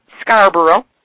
Scarborough